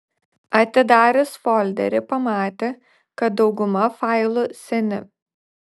atidarius folderį pamatė kad dauguma failų seni